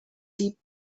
deep